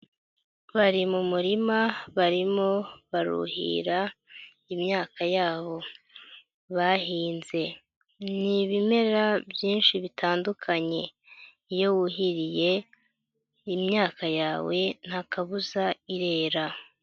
Bari mu murima barimo baruhira imyaka yabo bahinze. Ni ibimera byinshi bitandukanye. Iyo wuhiriye imyaka yawe nta kabuza irera.